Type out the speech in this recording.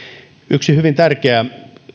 yksi hyvin tärkeä